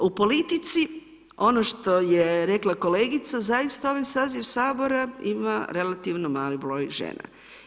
U politici, ono što je rekla kolegica, zaista ovaj saziv Sabora ima relativno mali broj žena.